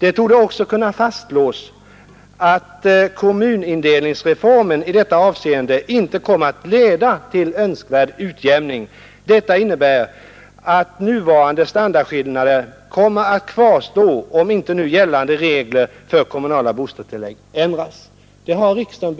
Det torde också kunna fastslås att kommunindelningsreformen i detta avseende inte kommer att leda till önskvärd utjämning. Detta innebär att nuvarande standardskillnader kommer att kvarstå om inte nu gällande regler för de kommunala bostadstilläggen ändras.” Och det har riksdagen